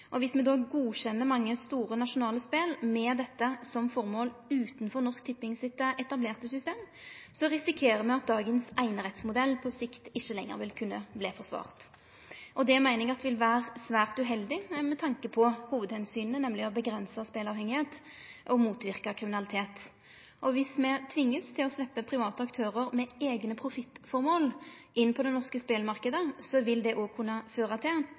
godkjenner mange store nasjonale spel med dette som formål utanfor Norsk Tipping sitt etablerte system, risikerer me at dagens einerettsmodell på sikt ikkje lenger vil kunne verte forsvart. Det meiner eg vil vere svært uheldig med tanke hovudomsyna, nemleg å avgrense speleavhengigheit og motverke kriminalitet. Viss me vert tvinga til å sleppe private aktørar med eigne profittformål inn på den norske spelmarknaden, vil det òg kunne føre til